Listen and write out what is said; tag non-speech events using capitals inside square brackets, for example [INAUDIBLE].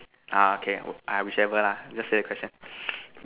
ah okay ah whichever lah just say the question [NOISE]